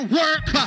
work